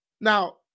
Now